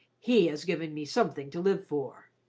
he has given me something to live for.